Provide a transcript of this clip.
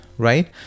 Right